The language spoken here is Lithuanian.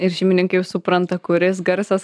ir šeimininkai jau supranta kuris garsas